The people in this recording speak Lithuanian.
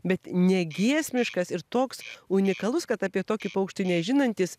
bet negiesmiškas ir toks unikalus kad apie tokį paukštį nežinantys